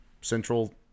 central